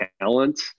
talent